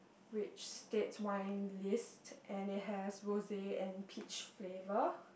which states wine list and it has Rose and peach flavour